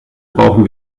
brauchen